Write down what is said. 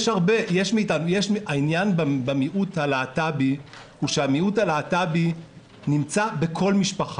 העניין במיעוט הלהט"בי, שהוא נמצא בכל משפחה.